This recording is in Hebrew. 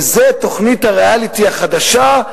וזו תוכנית הריאליטי החדשה,